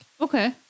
Okay